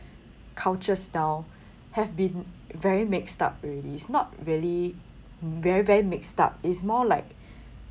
culture style have been very mixed up already it's not really very very mixed up it's more like